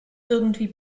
irgendwie